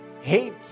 hate